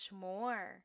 more